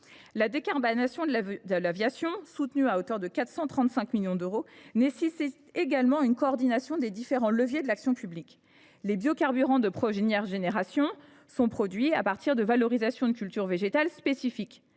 la décarbonation de l’aviation, soutenue à hauteur de 435 millions d’euros, rend nécessaire la coordination des différents leviers de l’action publique. Les biocarburants de première génération sont produits à partir de la valorisation de cultures végétales spécifiques,